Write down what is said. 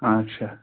آچھا